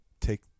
take